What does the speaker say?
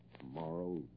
Tomorrow